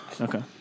Okay